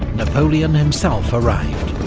napoleon himself arrived.